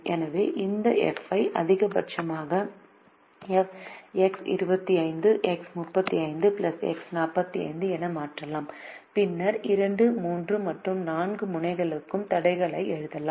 எனவே இந்த f ஐ அதிகபட்சமாக X25 X35 X45 என மாற்றலாம் பின்னர் 2 3 மற்றும் 4 முனைகளுக்கான தடைகளை எழுதலாம்